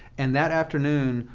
and that afternoon,